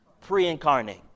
pre-incarnate